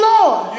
Lord